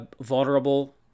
vulnerable